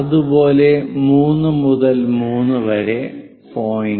അതുപോലെ 3 മുതൽ 3 വരെ പോയിന്റ്